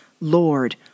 Lord